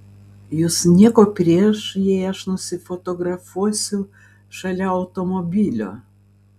jus nieko prieš jei aš nusifotografuosiu šalia automobilio